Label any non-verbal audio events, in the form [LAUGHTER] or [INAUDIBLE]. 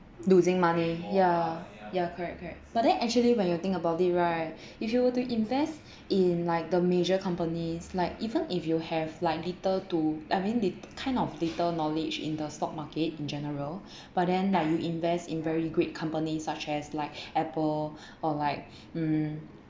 losing money ya ya correct correct but then actually when you think about it right [BREATH] if you were to invest [BREATH] in like the major companies like even if you have like little to I mean kind of little knowledge in the stock market in general [BREATH] but then like you invest in very great companies such as like [BREATH] Apple [BREATH] or [BREATH] like mm